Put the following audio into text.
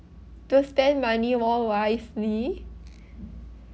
just spend money more wisely